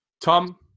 Tom